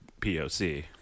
POC